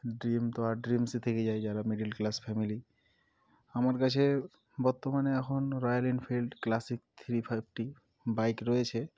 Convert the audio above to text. dream তো আর ড্রিমসই থেকে যায় যারা মিডিল ক্লাস ফ্যামিলি আমার কাছে বর্তমানে এখন Royal Enfield Classic three fifty bike রয়েছে